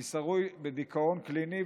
אני שרוי בדיכאון קליני,